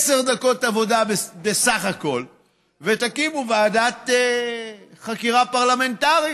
עשר דקות עבודה בסך הכול ותקימו ועדת חקירה פרלמנטרית,